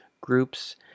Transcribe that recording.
groups